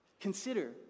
Consider